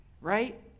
right